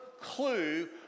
clue